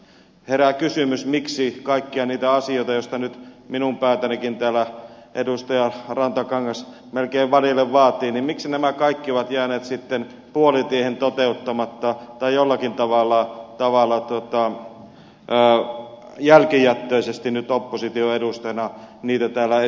herää kysymys miksi kaikki ne asiat joista nyt minun päätänikin täällä edustaja rantakangas melkein vadille vaatii ovat jääneet sitten puolitiehen toteuttamatta tai jollakin tavalla jälkijättöisesti nyt opposition edustajana niitä täällä esille tuotte